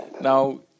Now